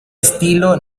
estilo